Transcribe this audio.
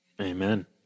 Amen